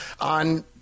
on